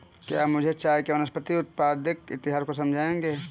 क्या आप मुझे चाय के वानस्पतिक उत्पत्ति के इतिहास को समझाएंगे?